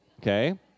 okay